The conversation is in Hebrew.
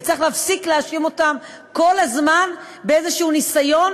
וצריך להפסיק להאשים אותם כל הזמן באיזשהו ניסיון